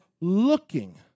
looking